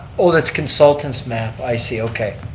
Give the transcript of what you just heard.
oh, that's consultant's map, i see, okay.